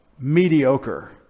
mediocre